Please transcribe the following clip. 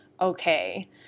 Okay